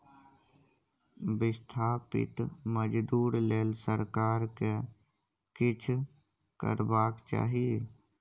बिस्थापित मजदूर लेल सरकार केँ किछ करबाक चाही